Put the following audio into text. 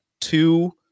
two